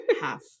half